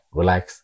relax